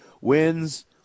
wins